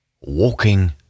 Walking